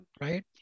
right